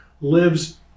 lives